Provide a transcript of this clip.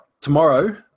tomorrow